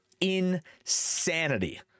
insanity